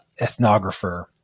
ethnographer